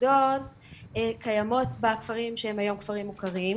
נקודות קיימות בכפרים שהם היום כפרים מוכרים,